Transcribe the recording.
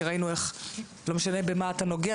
כי ראינו שלא משנה במה אתה נוגע,